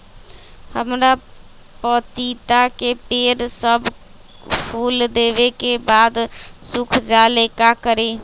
हमरा पतिता के पेड़ सब फुल देबे के बाद सुख जाले का करी?